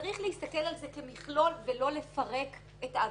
צריך להסתכל על זה כמכלול ולא לפרק את העבירה.